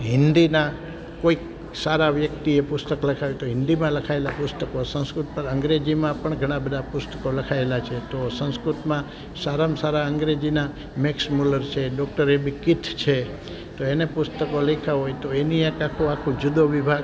હિંદીના કોઈક સારા વ્યક્તિએ પુસ્તક લખ્યા હોય તો હિન્દીમાં લખાએલા પુસ્તકો સંસ્કૃત પર અંગ્રેજીમાં પણ ઘણા બધા પુસ્તકો લખાએલા છે તો સંસ્કૃતમાં સારામ સારા અંગ્રેજીના મેક્સ મૂલર છે ડોક્ટર એબી કિથ છે તો એને પુસ્તકો લખ્યા હોય તો એની એક આખો જુદો વિભાગ